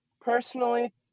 Personally